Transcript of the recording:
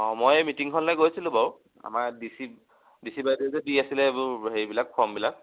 অঁ মই এই মিটিংখনলে গৈছিলোঁ বাৰু আমাৰ ডি চি ডি চি বাইদেউ যে দি আছিলে এইবোৰ হেৰিবিলাক ফৰ্মবিলাক